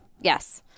Yes